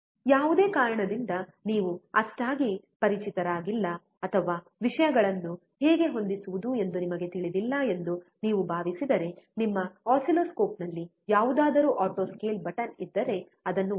ಯಾವುದೇ ಕಾರಣದಿಂದ ನೀವು ಅಷ್ಟಾಗಿ ಪರಿಚಿತರಾಗಿಲ್ಲ ಅಥವಾ ವಿಷಯಗಳನ್ನು ಹೇಗೆ ಹೊಂದಿಸುವುದು ಎಂದು ನಿಮಗೆ ತಿಳಿದಿಲ್ಲ ಎಂದು ನೀವು ಭಾವಿಸಿದರೆ ನಿಮ್ಮ ಆಸಿಲ್ಲೋಸ್ಕೋಪ್ನಲ್ಲಿ ಯಾವುದಾದರೂ ಆಟೋ ಸ್ಕೇಲ್ ಬಟನ್ ಇದ್ದರೆ ಅದನ್ನು ಒತ್ತಿ